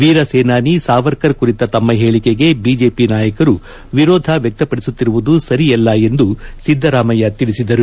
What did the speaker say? ವೀರ ಸೇನಾನಿ ಸಾವರ್ಕರ್ ಕುರಿತ ತಮ್ನ ಹೇಳಿಕೆಗೆ ಬಿಜೆಪಿ ನಾಯಕರು ವಿರೋಧ ವ್ಯಕ್ತಪಡಿಸುತ್ತಿರುವುದು ಸರಿಯಲ್ಲ ಎಂದು ಸಿದ್ದರಾಮಯ್ಯ ತಿಳಿಸಿದರು